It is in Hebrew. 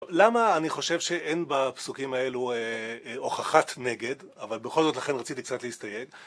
למה אני חושב שאין בפסוקים האלו הוכחת נגד, אבל בכל זאת, לכן רציתי קצת להסתייג.